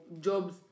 jobs